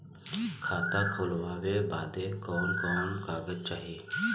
खाता खोलवावे बादे कवन कवन कागज चाही?